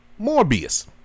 Morbius